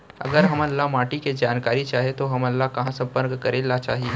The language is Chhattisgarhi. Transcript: अगर हमन ला माटी के जानकारी चाही तो हमन ला कहाँ संपर्क करे ला चाही?